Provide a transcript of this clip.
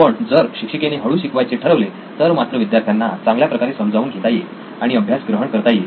पण जर शिक्षिकेने हळू शिकवायचे ठरवले तर मात्र विद्यार्थ्यांना चांगल्या प्रकारे समजावून घेता येईल आणि अभ्यास ग्रहण करता येईल